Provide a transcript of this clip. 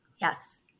Yes